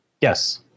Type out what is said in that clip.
Yes